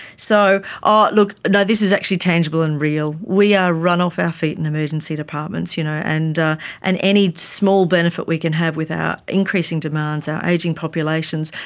so look, no, this is actually tangible and real. we are run off our feet in emergency departments, you know and and any small benefit we can have with our increasing demands, our ageing populations,